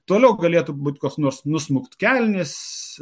toliau galėtų būti kas nors nusmuktkelnis